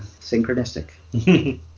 synchronistic